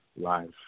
Life